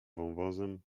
wąwozem